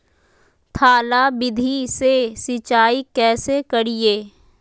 थाला विधि से सिंचाई कैसे करीये?